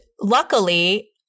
luckily